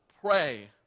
pray